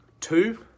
Two